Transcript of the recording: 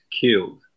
killed